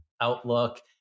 outlook